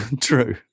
True